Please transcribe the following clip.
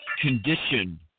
condition